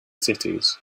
cities